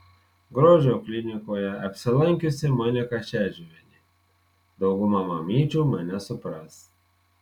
grožio klinikoje apsilankiusi monika šedžiuvienė dauguma mamyčių mane supras